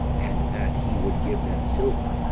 and that he would give them silver,